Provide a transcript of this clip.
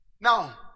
Now